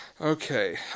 Okay